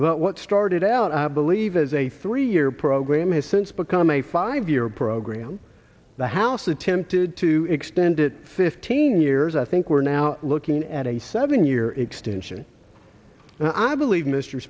about what started out i believe as a three year program has since become a five year program the house attempted to extend it fifteen years i think we're now looking at a seven year extension and i believe m